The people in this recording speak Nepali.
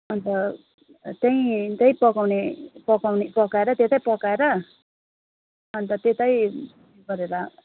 अन्त त्यहीँ त्यहीँ पकाउने पकाउने पकाएर त्यतै पकाएर अन्त त्यतै गरेर